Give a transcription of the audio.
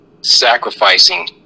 sacrificing